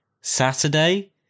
Saturday